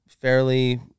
fairly